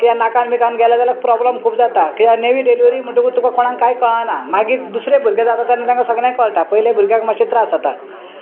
किद्या नाकान बिकान गेले जाल्यार प्रोब्लम खूब जाता किद्याक नेवी डिलीवरी म्हणटकूच तुका कोणाक कांय कळना मागीर दुसरें भुरगे जाता तेन्ना तेंका सगळ्यांक कळटा पयले भुरग्याक मातशे त्रास जाता